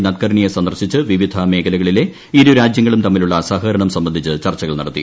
നദ്കർണിയെ സന്ദർശിച്ച് വിവിധ മേഖലകളിലെ ഇരുരാജൃങ്ങളും തമ്മിലുള്ള സഹകരണം സംബന്ധിച്ച് ചർച്ചകൾ നട ത്തി